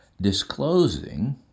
disclosing